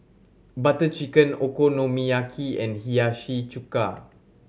Butter Chicken Okonomiyaki and Hiyashi Chuka